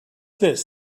this